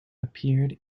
appeared